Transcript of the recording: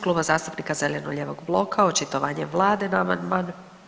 Kluba zastupnika Zeleno-lijevog bloka očitovanje Vlade na amandman.